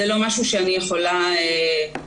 זה לא משהו שאני יכולה להגיד.